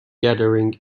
gathering